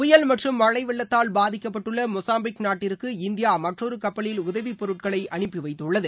புயல் மற்றும் மழை வெள்ளத்தால் பாதிக்கப்பட்டுள்ள மொசாம பிக் நாட்டிற்கு இந்தியா மற்றொரு கப்பலில் உதவி பொருட்களை அனுப்பி வைத்துள்ளது